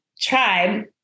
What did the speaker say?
tribe